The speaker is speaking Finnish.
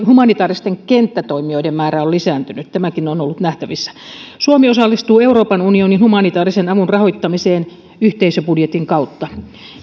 humanitääristen kenttätoimijoiden määrä on lisääntynyt tämäkin on ollut nähtävissä suomi osallistuu euroopan unionin humanitäärisen avun rahoittamiseen yhteisöbudjetin kautta